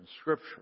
Scripture